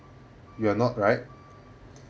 you are not right